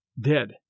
dead